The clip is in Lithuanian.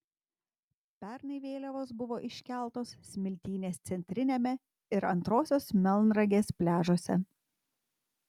pernai vėliavos buvo iškeltos smiltynės centriniame ir antrosios melnragės pliažuose